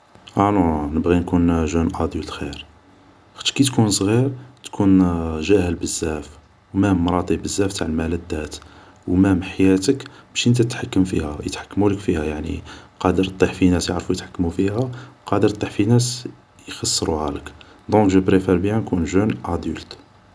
اه نون ، نبغي نكون جون ادولت خير ، خاطش كي تكون صغير تكون جاهل بزاف ، مام مراطي بزاف تاع الملذات و مام حياتك ماشي نتا تتحكم فيها ، يتحكمولك فيها يعني قادر طيح في ناس يعرفو يتحكمو فيها و قادر طيح في ناس يخسروهالك دونك جو بريفار بيان نكون جون ادولت